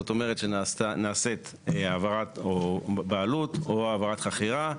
זאת אומרת, שנעשית העברת בעלות או העברת חכירה.